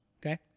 Okay